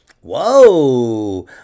Whoa